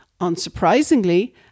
unsurprisingly